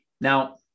Now